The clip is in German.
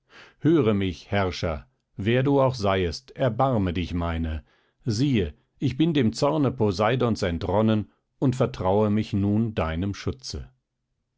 höre mich herrscher wer du auch seiest erbarme dich meiner siehe ich bin dem zorne poseidons entronnen und vertraue mich nun deinem schutze